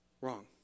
Wrong